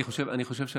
אני חושב,